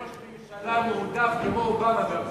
שלא יהיה ראש ממשלה מועדף כמו אובמה בארצות-הברית.